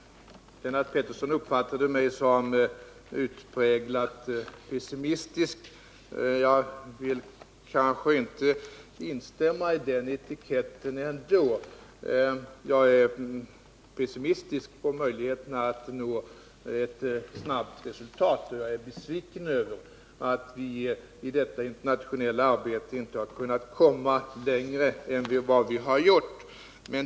Lennart Pettersson uppfattade mig som utpräglat pessimistisk. Jag vill kanske inte hålla med om att den etiketten är riktig. När det gäller möjligheterna att nå ett snabbt resultat är jag pessimistisk. Jag är också besviken över att det internationella arbetet inte har avancerat längre.